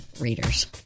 readers